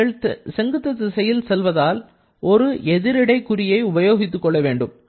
நீங்கள் செங்குத்து திசையில் செல்வதால் ஒரு எதிரிடை குறியை உபயோகித்துக் கொள்ள வேண்டும்